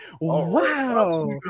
Wow